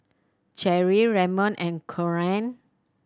Cherrie Ramon and Corene